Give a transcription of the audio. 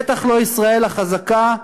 בטח לא ישראל החזקה,